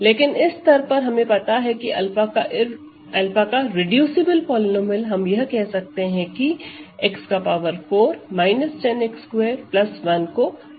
लेकिन इस स्तर पर हमें पता है कि 𝛂 का रेडूसिबल पॉलीनोमिअल हम यह कह सकते हैं कि x4 10 x2 1 को डिवाइड करता है